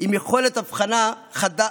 עם יכולת אבחנה חדה,